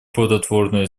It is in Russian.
плодотворную